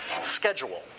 schedule